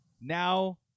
Now